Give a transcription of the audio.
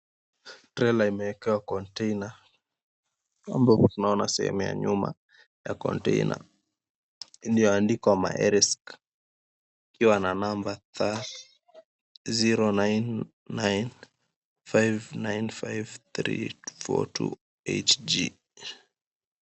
Trela imeekewa kontena ambapo unaona sehemu ya nyuma ya kontena, iliyoandikwa, Maersk ikiwa na namba 0995953428J.